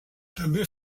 també